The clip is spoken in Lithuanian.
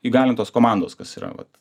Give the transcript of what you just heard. įgalintos komandos kas yra vat